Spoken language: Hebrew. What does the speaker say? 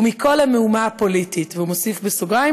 ומכל המהומה הפוליטית" והוא מוסיף בסוגריים,